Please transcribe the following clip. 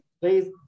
Please